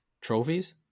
trophies